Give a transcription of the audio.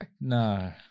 no